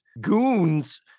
goons